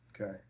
Okay